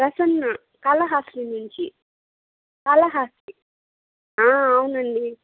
ప్రసన్న కాళహస్తి నుంచి కాళహస్తి ఆ అవునండి